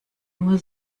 nur